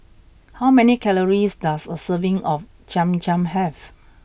how many calories does a serving of Cham Cham have